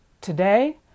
Today